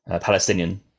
palestinian